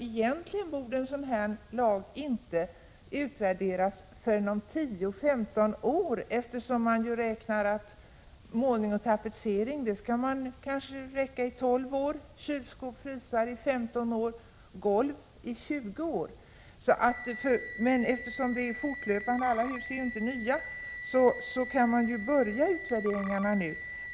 Egentligen borde en sådan här lag inte utvärderas förrän efter 10-15 år, eftersom man räknar med att målning och tapetsering kanske håller i 12 år, kylskåp och frysar i 15 år och golv i 20 år. Eftersom dessa utbyten sker fortlöpande — alla hus är ju inte nybyggda — kan man ju börja utvärderingarna nu.